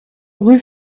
rue